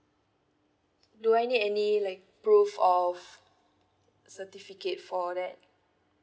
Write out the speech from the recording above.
do I need any like proof of certificate for that